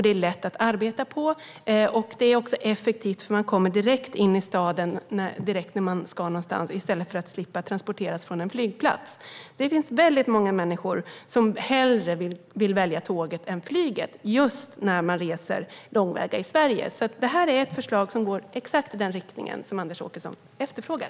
Det är lätt att arbeta på tåg, och det är effektivt eftersom man kommer direkt in i en stad när man ska någonstans i stället för att behöva transporteras från en flygplats. Det finns många människor som hellre vill välja tåget än flyget just när man reser långväga i Sverige. Detta är ett förslag som går exakt i den riktning som Anders Åkesson efterfrågar.